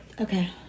Okay